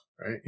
right